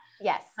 Yes